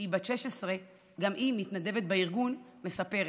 שהיא בת 16, גם היא מתנדבת בארגון, מספרת: